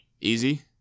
Easy